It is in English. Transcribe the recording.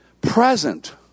present